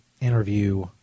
interview